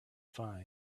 find